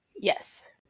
Yes